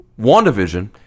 WandaVision